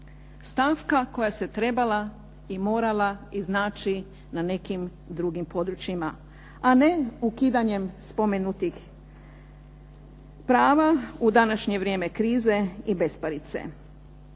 stavka koja se trebala i morala iznaći na nekim drugim područjima, a ne ukidanjem spomenutih prava u današnje vrijeme krize i besparice.